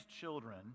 children